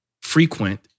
frequent